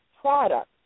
product